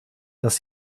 dass